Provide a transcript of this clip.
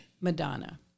Madonna